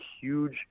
huge